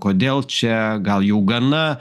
kodėl čia gal jau gana